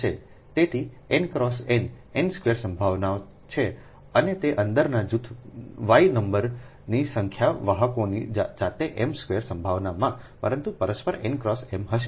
તેથી n x n n square સંભાવનાઓ છે અને તે અંદરના જૂથ y નંબરની સંખ્યા વાહકોની જાતે m સ્ક્વેર સંભાવનામાં પરંતુ પરસ્પર n x m હશે